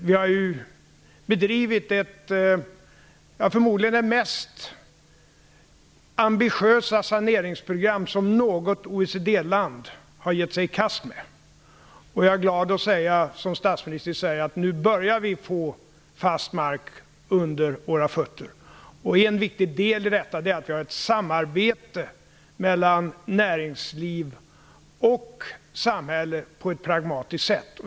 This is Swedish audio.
Vi har bedrivit det förmodligen mest ambitiösa saneringsprogram som något OECD-land har gett sig i kast med. Jag är glad att säga - som statsminister i Sverige - att vi nu börjar få fast mark under våra fötter. En viktig del i detta är att vi har ett samarbete mellan näringsliv och samhälle på ett pragmatiskt sätt.